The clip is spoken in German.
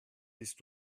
bist